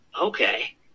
okay